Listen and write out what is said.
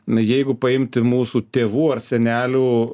jeigu paimti mūsų tėvų ar senelių